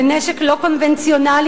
בנשק לא קונבנציונלי,